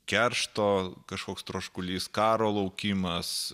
keršto kažkoks troškulys karo laukimas